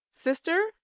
Sister